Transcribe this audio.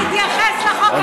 תתייחס לחוק גדעון סער.